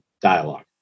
dialogue